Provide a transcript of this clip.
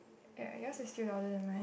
ya yours is still louder than mine